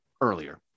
earlier